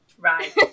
right